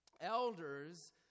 Elders